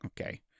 okay